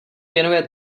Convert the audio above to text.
věnuje